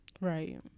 Right